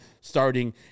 starting